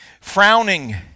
frowning